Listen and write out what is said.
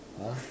!huh!